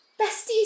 besties